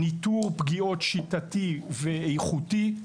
ניתור פגיעות שיטתי ואיכותי.